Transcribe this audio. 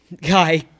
guy